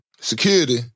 security